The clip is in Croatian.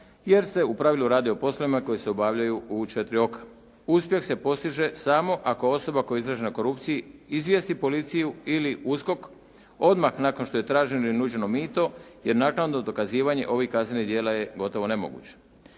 jer se u pravilu radi o poslovima koji se obavljaju u 4 oka. Uspjeh se postiže samo ako osoba koja je izložena korupciji izvijesti policiju ili USKOK odmah nakon što je traženo i nuđeno mito jer naknadno dokazivanje ovih kaznenih djela je gotovo nemoguće.